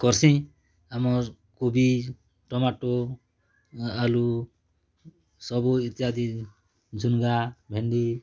କରସିଁ ଆମର୍ କୁବି ଟମାଟୋ ଆଲୁ ସବୁ ଇତ୍ୟାଦି ଝୁନଗା ଭେଣ୍ଡି